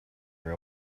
her